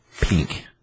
pink